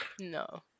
No